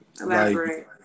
elaborate